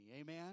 Amen